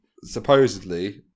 Supposedly